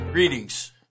Greetings